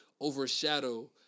overshadow